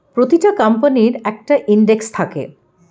প্রতিটা কোম্পানির একটা ইন্ডেক্স থাকে